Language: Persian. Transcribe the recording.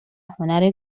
هنر